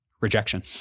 rejection